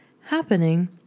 happening